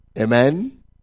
Amen